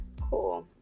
cool